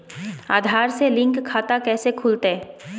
आधार से लिंक खाता कैसे खुलते?